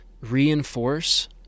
reinforce